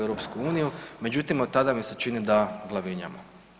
Međutim, od tada mi se čini da glavinjamo.